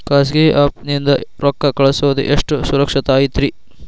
ಖಾಸಗಿ ಆ್ಯಪ್ ನಿಂದ ರೊಕ್ಕ ಕಳ್ಸೋದು ಎಷ್ಟ ಸುರಕ್ಷತಾ ಐತ್ರಿ?